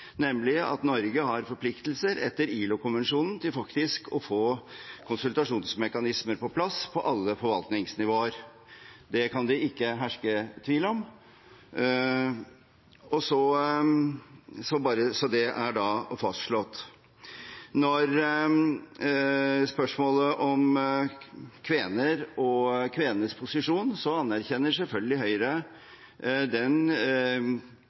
nemlig at Norge har forpliktelser etter ILO-konvensjonen til faktisk å få konsultasjonsmekanismer på plass på alle forvaltningsnivåer. Det kan det ikke herske tvil om, så er det fastslått. Når det gjelder spørsmålet om kvener og kvenenes posisjon, anerkjenner selvfølgelig Høyre den